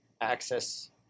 access